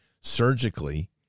surgically